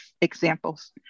examples